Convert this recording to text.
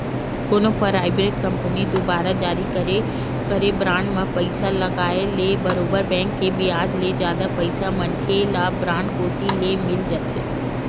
कोनो private company दुवारा जारी करे बांड म पइसा लगाय ले बरोबर बेंक के बियाज ले जादा पइसा मनखे ल बांड कोती ले मिल जाथे